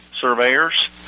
surveyors